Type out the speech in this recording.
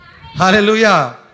Hallelujah